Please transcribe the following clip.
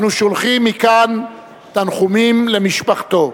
אנו שולחים מכאן תנחומים למשפחתו.